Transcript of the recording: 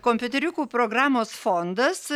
kompiuteriukų programos fondas